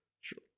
Sure